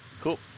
Cool